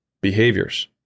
Behaviors